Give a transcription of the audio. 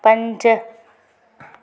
पंज